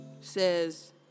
says